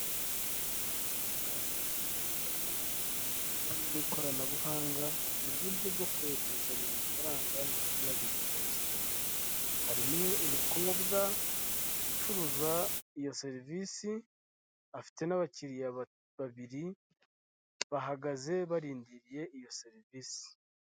Akazu k'umuhondo gakorerwamo ibintu bijyanye n'ikoranabuhanga mu buryo bwo kohererezanya amafaranga no kuyabikuza, harimo umukobwa ucuruza iyo serivisi afite n'abakiriya babiri bahagaze barindiriye iyo serivisi.